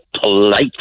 polite